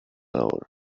hour